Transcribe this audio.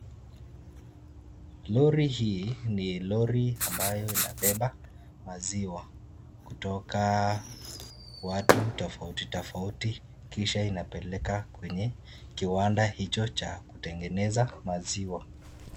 Lori hii ni lori ambayo inabeba maziwa kutoka watu tofauti tofauti kisha inapeleka kwenye kiwanda hicho cha kutegeneza maziwa.